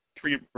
three